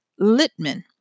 Littman